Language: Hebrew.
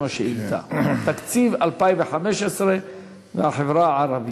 השאילתה: תקציב 2015 והחברה הערבית.